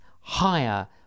higher